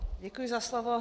Děkuji za slovo.